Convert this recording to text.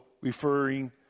referring